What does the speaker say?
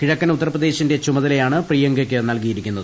കിഴക്കൻ ഉത്തർപ്രദേശിന്റെ ചുമതലയാണ് പ്രിയങ്കയ്ക്ക് നൽകിയിരിക്കുന്നത്